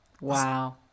Wow